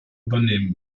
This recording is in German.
übernehmen